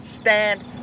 Stand